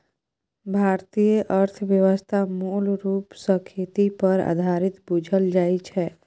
भारतीय अर्थव्यवस्था मूल रूप सँ खेती पर आधारित बुझल जाइ छै